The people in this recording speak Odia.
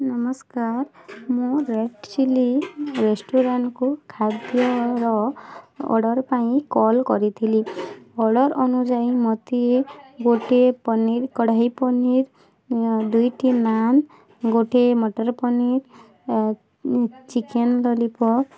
ନମସ୍କାର ମୁଁ ରେଡ଼୍ ଚିଲି ରେଷ୍ଟୁରାଣ୍ଟ୍କୁ ଖାଦ୍ୟର ଅର୍ଡ଼ର୍ ପାଇଁ କଲ୍ କରିଥିଲି ଅର୍ଡ଼ର୍ ଅନୁଯାୟୀ ମୋତେ ଗୋଟିଏ ପନିର୍ କଢ଼ାଇ ପନିର୍ ଦୁଇଟି ନାନ୍ ଗୋଟିଏ ମଟର ପନିର୍ ଆ ଚିକେନ୍ ଲଲିପପ୍